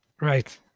Right